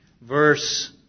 verse